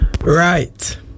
Right